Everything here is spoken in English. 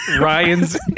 Ryan's